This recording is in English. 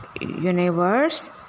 universe